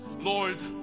Lord